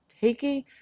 taking